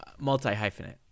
multi-hyphenate